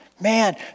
Man